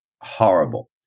Horrible